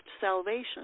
salvation